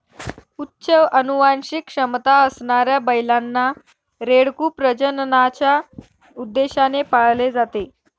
उच्च अनुवांशिक क्षमता असणाऱ्या बैलांना, रेडकू प्रजननाच्या उद्देशाने पाळले जाते